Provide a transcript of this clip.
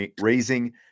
raising